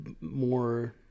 more